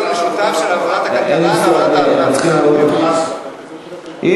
אני מציע דיון משותף של ועדת הכלכלה וועדת העבודה.